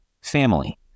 family